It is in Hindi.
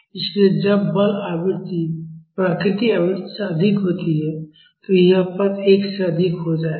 इसलिए जब बल आवृत्ति प्राकृतिक आवृत्ति से अधिक होती है तो यह पद 1 से अधिक हो जाएगा